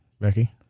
Becky